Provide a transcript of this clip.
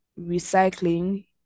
recycling